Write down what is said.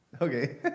Okay